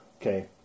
okay